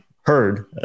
heard